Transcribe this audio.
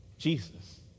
Jesus